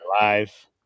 live